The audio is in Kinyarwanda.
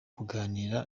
kuganira